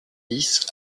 dix